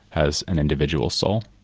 has an individual soul.